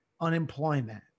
unemployment